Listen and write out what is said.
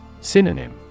Synonym